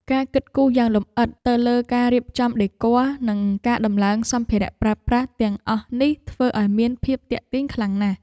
ការគិតគូរយ៉ាងលម្អិតទៅលើការរៀបចំដេគ័រនិងការដំឡើងសម្ភារៈប្រើប្រាស់ទាំងអស់នេះធ្វើឱ្យមានភាពទាក់ទាញខ្លាំងណាស់។